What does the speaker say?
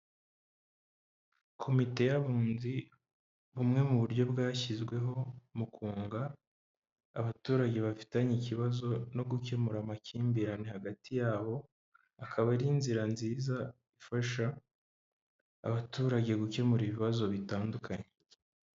Komite y'abunzi bumwe mu buryo bwashyizweho mu kunga abaturage bafitanye ikibazo no gukemura amakimbirane hagati yabo, akaba ari inzira nziza ifasha abaturage gukemura ibibazo bitandukanye.